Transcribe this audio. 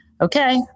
okay